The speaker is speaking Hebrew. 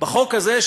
בחוק הזה,